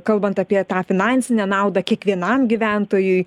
kalbant apie tą finansinę naudą kiekvienam gyventojui